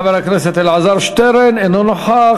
חבר הכנסת אלעזר שטרן, אינו נוכח.